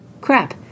Crap